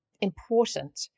important